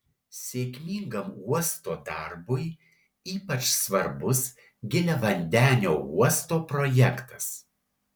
sėkmingam uosto darbui ypač svarbus giliavandenio uosto projektas